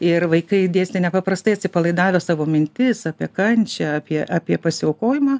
ir vaikai dėstė nepaprastai atsipalaidavę savo mintis apie kančią apie apie pasiaukojimą